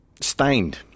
Stained